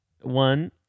one